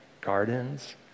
gardens